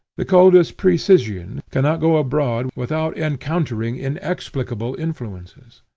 the coldest precisian cannot go abroad without encountering inexplicable influences.